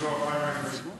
האם בוטלו הפריימריז בליכוד?